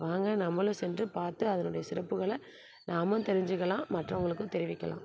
வாங்க நம்மளும் சென்று பார்த்து அதனுடைய சிறப்புகளை நாமும் தெரிஞ்சிக்கலாம் மற்றவங்களுக்கும் தெரிவிக்கலாம்